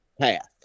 path